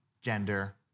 gender